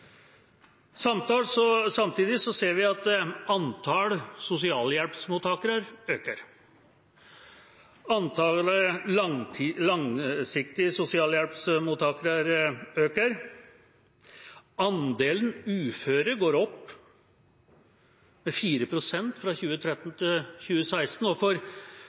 Samtidig ser vi at antallet sosialhjelpsmottakere øker. Antallet langtids sosialhjelpsmottakere øker. Andelen uføre gikk opp med 4 pst. fra 2013 til 2016. For